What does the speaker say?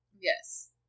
yes